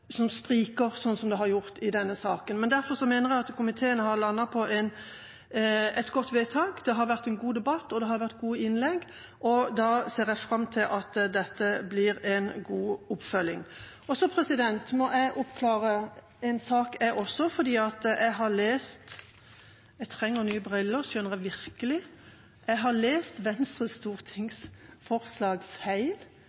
spriker sånn som det har gjort i denne saken. Derfor mener jeg at komiteen har landet på et godt vedtak, det har vært en god debatt, og det har vært gode innlegg. Da ser jeg fram til at dette blir en god oppfølging. Så må jeg oppklare en sak, jeg også, for jeg har lest Venstres forslag feil. Arbeiderpartiet skal ikke støtte Venstres forslag – bare så det også er sagt. Flere har